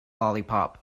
lollipop